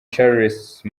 charles